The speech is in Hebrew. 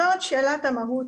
זאת שאלת המהות